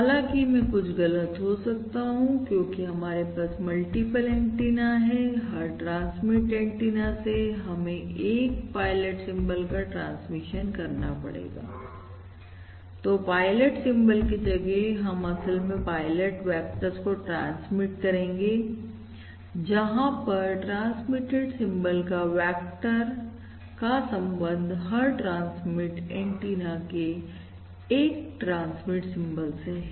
हालांकि मैं कुछ गलत हो सकता हूं क्योंकि हमारे पास मल्टीपल एंटीना है हर ट्रांसमिट एंटीना से हमें एक पायलट सिंबल का ट्रांसमिशन करना पड़ेगा तो पायलट सिंबल की जगह हम असल में पायलट वेक्टर्स को ट्रांसमिट करेंगे जहां पर ट्रांसमिटेड सिंबल का वेक्टर का संबंध हर ट्रांसमिट एंटीना के एक ट्रांसमिट सिंबल से है